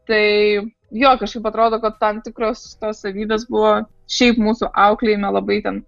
tai jo kažkaip atrodo kad tam tikros tos savybės buvo šiaip mūsų auklėjime labai ten